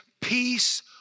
peace